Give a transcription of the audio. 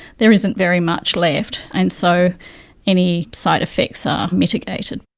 there isn't very much left. and so any side-effects are mitigated.